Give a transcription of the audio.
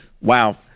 Wow